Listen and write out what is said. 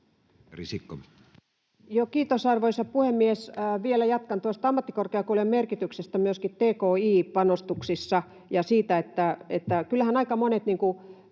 Kiitos, arvoisa puhemies! Vielä jatkan tuosta ammattikorkeakoulujen merkityksestä myöskin tki-panostuksissa ja siitä, että eipä kovin